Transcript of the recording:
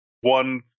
one